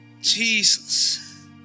Jesus